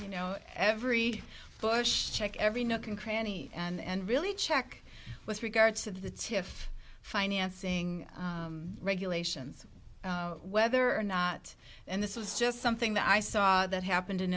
you know every bush check every nook and cranny and really check with regard to the tiff financing regulations whether or not and this is just something that i saw that happened in